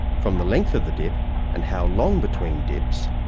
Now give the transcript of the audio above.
from the length of the dip and how long between dips,